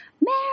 Mary